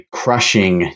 crushing